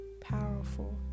Powerful